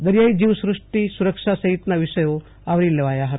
દરિયાઈ જીવ સૃષ્ટિ સુરક્ષા સહિતના વિષયો આવરી લેવાયા હતા